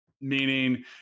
Meaning